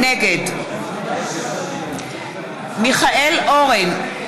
נגד מיכאל אורן,